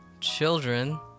Children